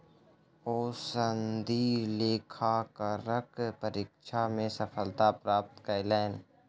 ओ सनदी लेखाकारक परीक्षा मे सफलता प्राप्त कयलैन